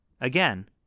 Again